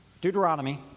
Deuteronomy